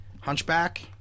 Hunchback